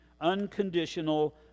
Unconditional